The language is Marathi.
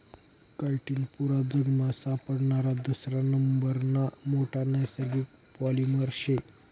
काइटीन पुरा जगमा सापडणारा दुसरा नंबरना मोठा नैसर्गिक पॉलिमर शे